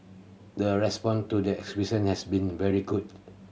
the response to the exhibition has been very good